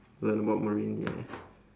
learn about marine yeah